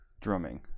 Drumming